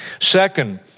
Second